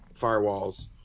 firewalls